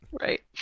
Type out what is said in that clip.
Right